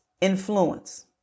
influence